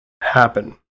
happen